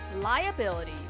liability